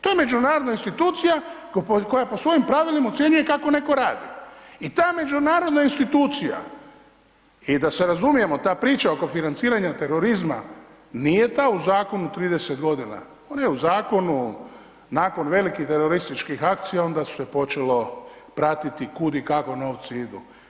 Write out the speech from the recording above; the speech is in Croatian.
To je međunarodna institucija koja po svojim pravilima ocjenjuje kako netko radi i ta međunarodna institucija i da se razumijemo i ta priča oko financiranja terorizma nije ta u zakonu 30 godina, ona je u zakonu nakon velikih terorističkih akcija onda se počelo pratiti kud i kako novci idu.